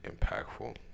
impactful